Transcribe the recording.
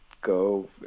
go